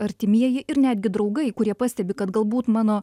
artimieji ir netgi draugai kurie pastebi kad galbūt mano